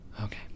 Okay